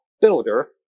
builder